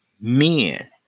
men